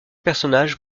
personnage